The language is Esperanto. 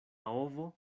ovo